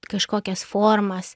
kažkokias formas